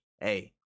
Hey